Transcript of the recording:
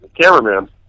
cameraman